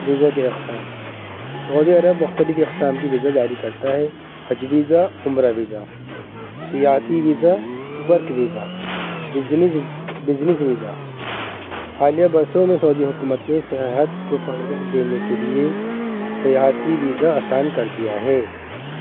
visa کے اقسام سعودی عرب مختلف اقسام کی ویزا جاری کرتا ہے حج ویزا عمرہ ویزا سیاحتی visa work visa business business visa حالیہ برسوں میں سعودی حکومت نے سیاحت کو فروغ دینے کے لیے سیاحتی ویزا آسان کر دیا ہے